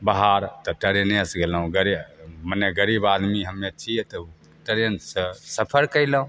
बहार तऽ ट्रेनेसे गेलहुँ गरे मने गरीब आदमी हमे छिए तब ट्रेनसे सफर कएलहुँ